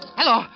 hello